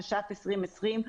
התש"ף-2020,